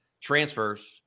transfers